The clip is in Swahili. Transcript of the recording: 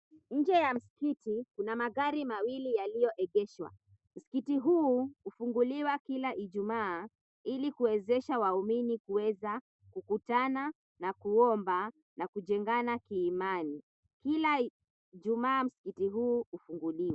Nje ya msikiti kuna magari mawili yaliyoegeshwa. Msikiti huu hufunguliwa kila Ijumaa, ili kuwezesha waumini kuweza kukutana na kuomba na kujengana kiimani. Kila Ijumaa, msikiti huu hufunguliwa.